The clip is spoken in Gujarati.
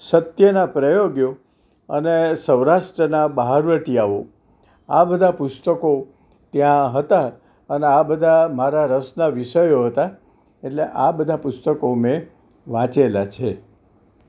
સત્યના પ્રયોગો અને અને સૌરાષ્ટ્રના બહારવટીયાઓ આ બધાં પુસ્તકો ત્યાં હતાં અને આ બધા મારા રસના વિષયો હતા એટલે આ બધાં પુસ્તકો મેં વાંચેલાં છે